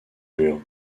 mur